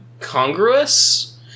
congruous